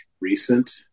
recent